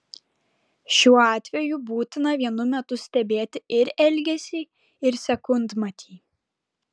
šiuo atveju būtina vienu metu stebėti ir elgesį ir sekundmatį